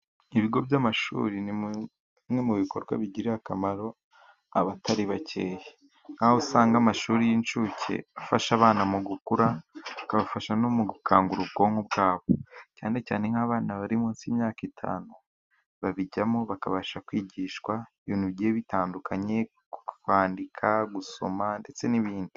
Ibigo by'amashuri nimwe mu bikorwa bigirira akamaro abatari bakeya, usanga amashuri y'incuke afasha abana mu gukura, akabafasha no mu gukangura ubwonko bwabo cyane cyane nk'abana bari munsi y'imyaka itanu, babijyamo bakabasha kwigishwa ibintubigiye bitandukanye, kwandika, gusoma ndetse n'ibindi.